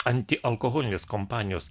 antialkoholinės kompanijos